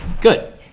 Good